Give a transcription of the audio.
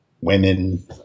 women